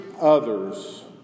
others